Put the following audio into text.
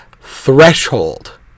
Threshold